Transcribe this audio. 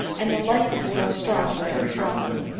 and the likeness grows stronger and stronger.